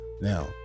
Now